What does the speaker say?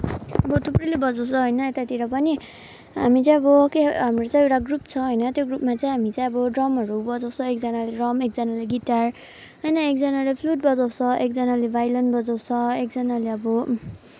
अब थुप्रैले बजाउँछ होइन यतातिर पनि हामी चाहिँ अब के हाम्रो चाहिँ एउटा ग्रुप छ होइन त्यो ग्रुपमा चाहिँ हामी चाहिँ अब ड्रमहरू बजाउँछ एकजनाले ड्रम एकजनाले गिटार होइन एकजनाले फ्लुट बजाउँछ एकजनाले भायोलिन बजाउँछ एकजनाले अब